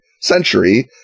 century